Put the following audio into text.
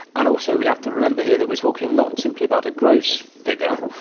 and also we have to remember here that we are talking not simply about a gross figure,